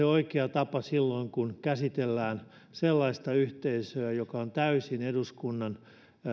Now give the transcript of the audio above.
oikea tapa silloin kun käsitellään sellaista yhteisöä joka on täysin eduskunnan